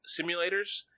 simulators